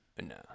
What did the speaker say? No